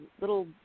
little